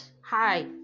hi